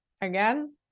again